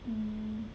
mm